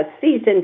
season